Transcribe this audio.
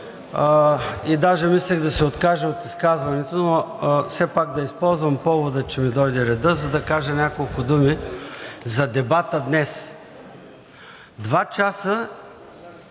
и даже мислех да се откажа от изказването, но все пак да използвам повода, че ми дойде редът, за да кажа няколко думи за дебата днес. Два часа